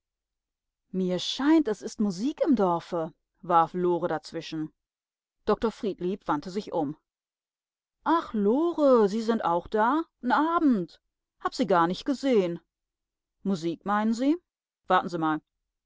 mir scheint es is musik im dorfe warf lore dazwischen dr friedlieb wandte sich um ach lore sie sind auch da n abend hab sie gar nich gesehn musik meinen sie warten sie mal